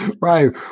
Right